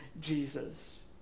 Jesus